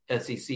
SEC